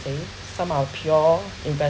things some are pure investment